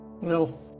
No